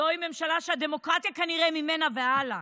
זוהי ממשלה שהדמוקרטיה כנראה ממנה והלאה.